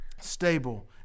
stable